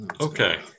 Okay